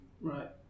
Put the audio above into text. Right